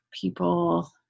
People